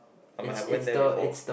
I might have went there before